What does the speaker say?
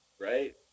right